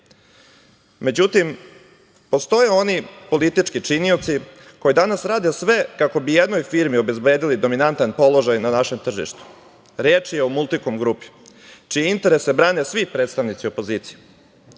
Srbije.Međutim, postoje oni politički činioci koji danas rade sve kako bi jednoj firmi obezbedili dominantan položaj na našem tržištu. Reč je o „Multikom grupi“ čije interese brane svi predstavnici opozicije.